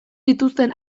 dituzten